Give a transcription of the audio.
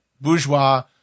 bourgeois